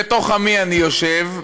בתוך עמי אני יושב,